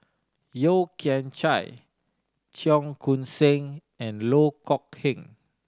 Yeo Kian Chai Cheong Koon Seng and Loh Kok Heng